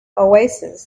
oasis